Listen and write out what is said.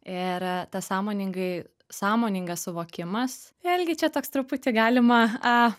ir tą sąmoningai sąmoningas suvokimas vėlgi čia toks truputį galima